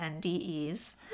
NDEs